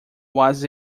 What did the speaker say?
was